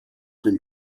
den